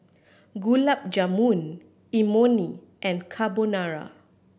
Gulab Jamun Imoni and Carbonara